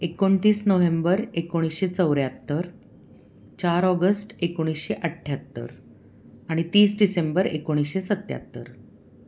एकोणतीस नोव्हेंबर एकोणीसशे चौऱ्याहत्तर चार ऑगस्ट एकोणीसशे अठ्ठ्याहत्तर आणि तीस डिसेंबर एकोणीसशे सत्याहत्तर